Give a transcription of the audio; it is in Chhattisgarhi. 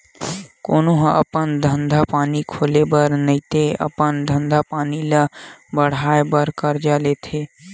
कोनो ह अपन धंधा पानी खोले बर नइते अपन धंधा पानी ल बड़हाय बर करजा लेथे